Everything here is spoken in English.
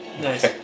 Nice